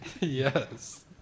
Yes